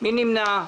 מי נמנע?